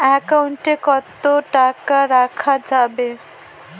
Account কত টাকা রাখা যাবে?